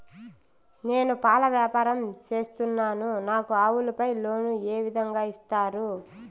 నేను పాల వ్యాపారం సేస్తున్నాను, నాకు ఆవులపై లోను ఏ విధంగా ఇస్తారు